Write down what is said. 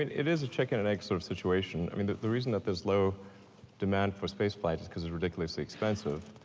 it it is a chicken and egg sort of situation. i mean the reason that there's low demand for space flight is cause it's ridiculously expensive,